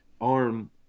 arm